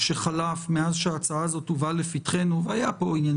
שחלף מאז שההצעה הזאת הובאה לפתחנו אתם עדיין